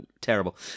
terrible